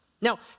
Now